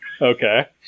Okay